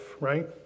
right